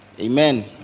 Amen